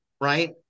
right